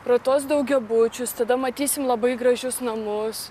pro tuos daugiabučius tada matysim labai gražius namus